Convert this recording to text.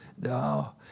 No